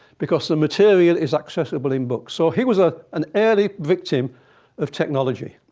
because the material is accessible in books. so he was ah an early victim of technology.